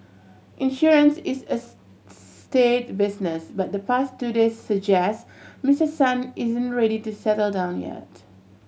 insurance is a staid to business but the past two day suggest Mister Son isn't ready to settle down yet